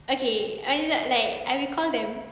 okay like like I call them